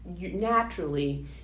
naturally